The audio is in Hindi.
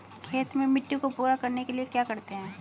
खेत में मिट्टी को पूरा करने के लिए क्या करते हैं?